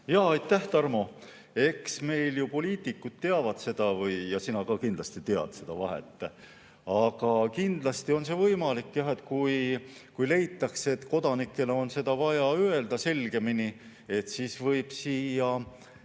Jaa, aitäh, Tarmo! Eks meil ju poliitikud teavad ja sina ka kindlasti tead seda vahet. Aga kindlasti on see võimalik. Kui leitakse, et kodanikele on seda vaja öelda selgemini, siis võib